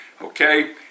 Okay